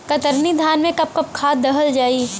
कतरनी धान में कब कब खाद दहल जाई?